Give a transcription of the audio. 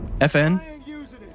FN